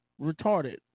retarded